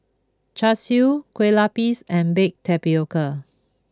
Char Siu Kue Lupis and Baked Tapioca